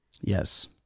Yes